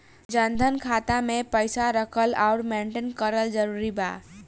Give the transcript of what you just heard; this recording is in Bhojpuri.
जनधन खाता मे पईसा रखल आउर मेंटेन करल जरूरी बा?